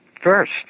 first